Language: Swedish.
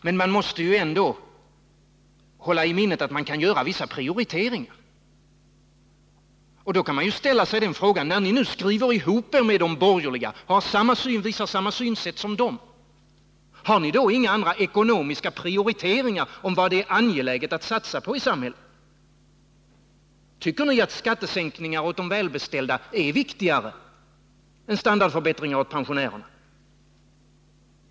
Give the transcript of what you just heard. Men man måste ju ändå hålla i minnet att det kan göras vissa prioriteringar, och då kan man ställa frågan: När ni nu skriver ihop er med de borgerliga, visar samma synsätt som de, har ni då inga andra ekonomiska prioriteringar när det gäller vad som är angeläget att satsa på i samhället? Tycker ni att skattesänkningar åt de välbeställda är viktigare än standardförbättringar åt pensionärerna?